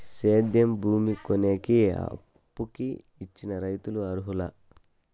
సేద్యం భూమి కొనేకి, అప్పుకి చిన్న రైతులు అర్హులా?